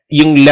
yung